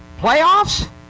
playoffs